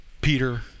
Peter